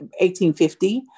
1850